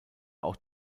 auch